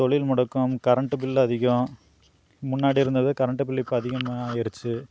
தொழில் முடக்கம் current bill அதிகம் முன்னாடி இருந்தது கரண்ட்டு பில் இப்போ அதிகமாக ஆயிடுச்சு